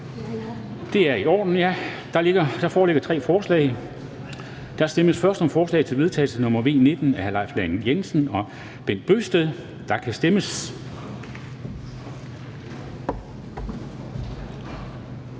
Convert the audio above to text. Det er i orden. Der foreligger tre forslag. Der stemmes først om forslag til vedtagelse nr. V 19 af Leif Lahn Jensen (S) og Bent Bøgsted (DF). Der kan stemmes.